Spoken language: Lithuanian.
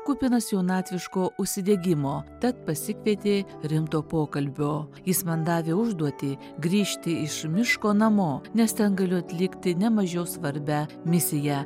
kupinas jaunatviško užsidegimo tad pasikvietė rimto pokalbio jis man davė užduotį grįžti iš miško namo nes ten galiu atlikti ne mažiau svarbią misiją